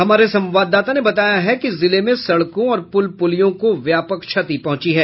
हमारे संवाददाता ने बताया कि जिले में सड़कों और प्रल प्रलियों को व्यापक क्षति पहुंची है